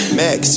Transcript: max